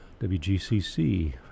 wgcc